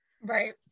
Right